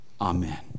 Amen